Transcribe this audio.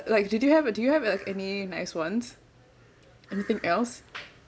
like did you have do you have like any nice ones anything else